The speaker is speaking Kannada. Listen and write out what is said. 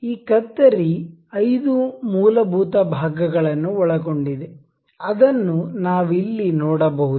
ಈ ಕತ್ತರಿ ಐದು ಮೂಲಭೂತ ಭಾಗಗಳನ್ನು ಒಳಗೊಂಡಿದೆ ಅದನ್ನು ನಾವಿಲ್ಲಿ ನೋಡಬಹುದು